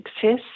success